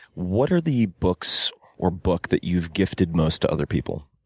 what are the books or book that you've gifted most to other people?